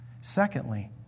Secondly